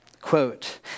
quote